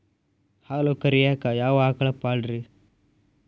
ಹಾಲು ಕರಿಯಾಕ ಯಾವ ಆಕಳ ಪಾಡ್ರೇ?